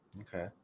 Okay